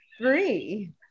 three